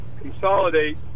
consolidate